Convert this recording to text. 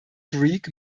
greek